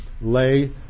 lay